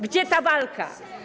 Gdzie ta walka?